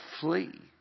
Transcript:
flee